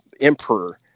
emperor